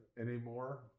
anymore